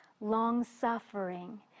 long-suffering